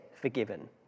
forgiven